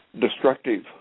destructive